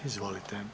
Izvolite.